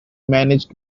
managed